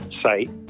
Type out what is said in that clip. site